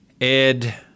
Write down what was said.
Ed